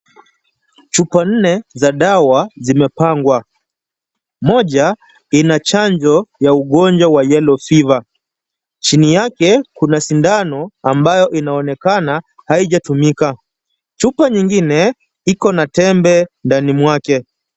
Chupa nne za dawa zimepangwa. Moja ina chanjo ya ugonjwa wa yellow fever . Chini yake kuna sindano ambayo inaonekana haijatumika. Chupa nyingine iko na tembe ndani mwake.